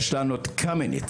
יש לנו את קמיניץ.